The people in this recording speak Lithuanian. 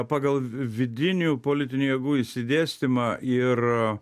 pagal vidinių politinių jėgų išsidėstymą ir